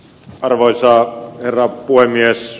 arvoisa herra puhemies